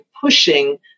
pushing